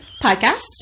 podcasts